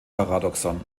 paradoxon